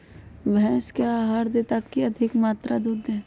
भैंस क्या आहार दे ताकि अधिक मात्रा दूध दे?